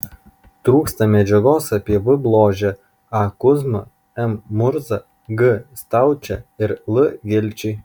trūksta medžiagos apie v bložę a kuzmą m murzą g staučę ir l gelčį